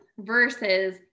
versus